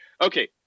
Okay